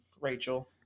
Rachel